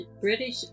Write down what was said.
British